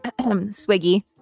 Swiggy